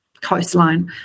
coastline